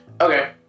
Okay